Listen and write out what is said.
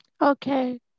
Okay